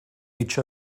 each